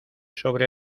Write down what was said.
sobre